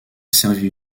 servi